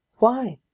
why?